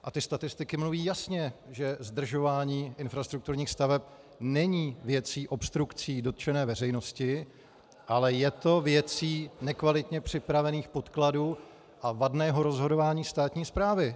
A ty statistiky mluví jasně, že zdržování infrastrukturních staveb není věcí obstrukcí dotčené veřejnosti, ale je to věcí nekvalitně připravených podkladů a vadného rozhodování státní správy.